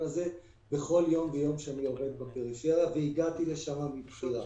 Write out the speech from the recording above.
הזה בכל יום ויום שאני עובד בפריפריה והגעתי לשם מבחירה.